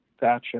Gotcha